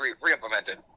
re-implemented